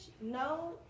No